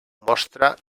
mostra